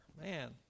man